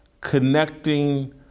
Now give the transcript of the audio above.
connecting